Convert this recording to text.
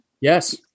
Yes